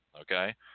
okay